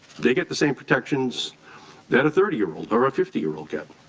they get the same protections that a thirty year old or ah fifty year old get.